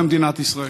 במדינת ישראל.